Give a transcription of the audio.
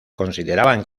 consideraban